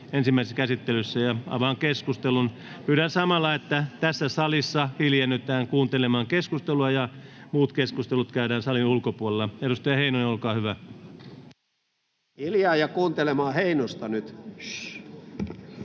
ensimmäisessä käsittelyssä. — Avaan keskustelun. Pyydän samalla, että tässä salissa hiljennytään kuuntelemaan keskustelua ja muut keskustelut käydään salin ulkopuolella. — Edustaja Heinonen, olkaa hyvä. [Hälinää — Ben Zyskowicz: Hiljaa, ja kuuntelemaan Heinosta nyt!]